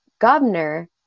governor